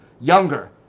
Younger